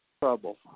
Trouble